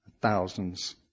thousands